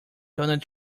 donald